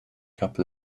couple